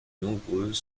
nombreux